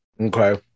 Okay